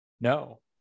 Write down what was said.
No